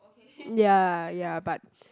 ya ya but